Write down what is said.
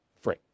free